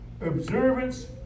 observance